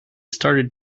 started